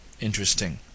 interesting